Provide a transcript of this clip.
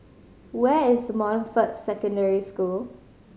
where is Montfort Secondary School